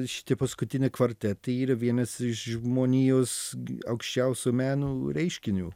šitie paskutiniai kvartetai yra vienas iš žmonijos aukščiausio meno reiškinių